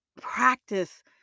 practice